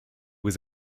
was